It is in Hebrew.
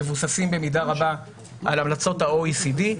שמבוססים במידה רבה על המלצות ה-OECD,